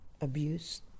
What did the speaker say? abuse